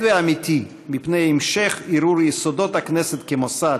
ואמיתי מפני המשך ערעור יסודות הכנסת כמוסד,